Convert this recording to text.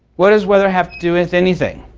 what does weather have to do with anything?